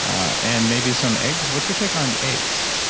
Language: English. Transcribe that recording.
um and maybe some eggs. what's your take on eggs?